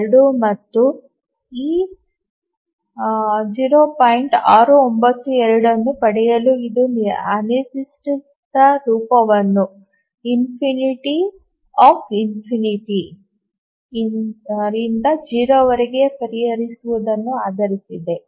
692 ಅನ್ನು ಪಡೆಯಲು ಇದು ಅನಿರ್ದಿಷ್ಟ ರೂಪವನ್ನು ∞∞ ರಿಂದ 0 ರವರೆಗೆ ಪರಿಹರಿಸುವುದನ್ನು ಆಧರಿಸಿದೆ